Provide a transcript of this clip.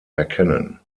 erkennen